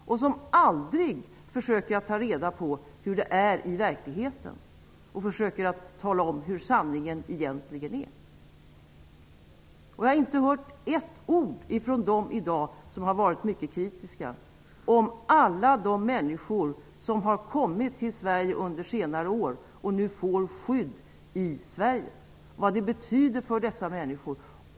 De försöker aldrig att ta reda på hur det är i verkligheten för att kunna tala om hur sanningen egentligen är. Jag har inte hört ett ord i dag från de som är mycket kritiska när det gäller alla de människor som under senare år har kommit till Sverige och nu får skydd. Jag har inte heller hört någonting om vad detta betyder för dessa människor.